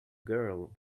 girl